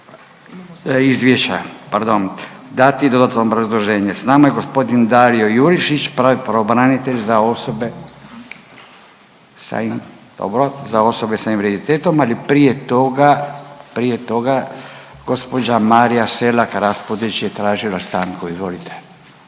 izviješća pardon, dati dodatno obrazloženje? Sa nama je gospodin Dario Jurišić, pravobranitelj za osobe sa invaliditetom. Ali prije toga gospođa Marija Selak-Raspudić je tražila stanku. Izvolite.